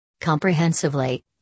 Comprehensively